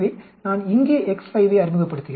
எனவே நான் இங்கே x5 ஐ அறிமுகப்படுத்துகிறேன்